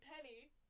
penny